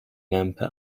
lampe